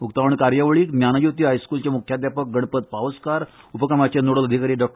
उक्तावण कार्यावळीक ज्ञानज्योती हायस्कूलचे मुख्याध्यापक गणपत पावसकार उपक्रमाचे नोडल अधिकारी डॉ